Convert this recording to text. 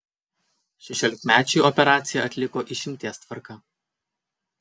šešiolikmečiui operaciją atliko išimties tvarka